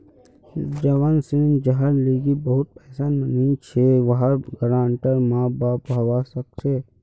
जवान ऋणी जहार लीगी बहुत पैसा नी छे वहार गारंटर माँ बाप हवा सक छे